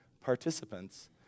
participants